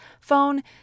phone